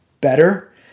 better